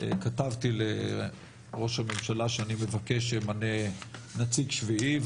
כתבתי לראש הממשלה שאני מבקש שימנה נציג שביעי,